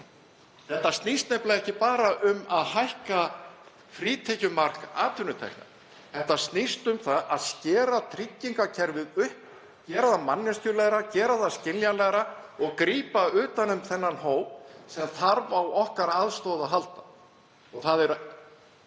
Þetta snýst nefnilega ekki bara um að hækka frítekjumark atvinnutekna. Þetta snýst um að skera tryggingakerfið upp, gera það manneskjulegra, gera það skiljanlegra og grípa utan um þennan hóp sem þarf á aðstoð okkar að halda. Herra forseti.